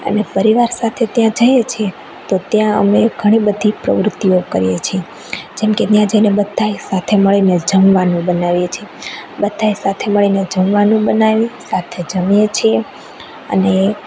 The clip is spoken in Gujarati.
અને પરિવાર સાથે ત્યાં જઈએ છીએ તો ત્યાં અમે ઘણી બધી પ્રવૃતિઓ કરીએ છીએ જેમકે ત્યાં જઈને બધા એક સાથે મળીને જમવાનું બનાવીએ છીએ બધા એક સાથે મળીને જમવાનું બનાવી સાથે જમીએ છીએ અને